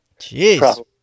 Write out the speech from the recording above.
Jeez